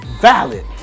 valid